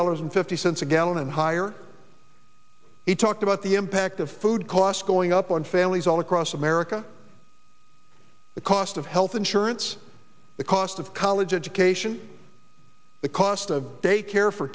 dollars and fifty cents a gallon and higher he talked about the impact of food costs going up on families all across america the cost of health insurance the cost of college education the cost of daycare for